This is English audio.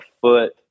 foot